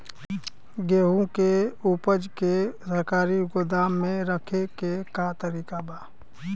गेहूँ के ऊपज के सरकारी गोदाम मे रखे के का तरीका बा?